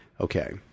Okay